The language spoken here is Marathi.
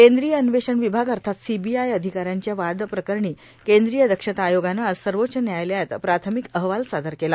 केंद्रीय अन्वेषण विभाग अर्थात सीबीआय अधिकाऱ्यांच्या वादाप्रकरणी केंद्रीय दक्षता आयोगानं आज सर्वोच्च व्यायालयात प्राथमिक अहवाल सादर केला